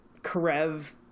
karev